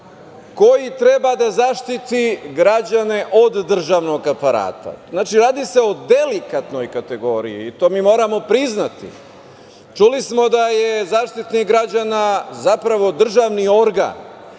koji treba da zaštiti građane od državnog aparata. Znači, radi se o delikatnoj kategoriji i to moramo priznati. Čuli smo da je Zaštitnik građana zapravo državni organ.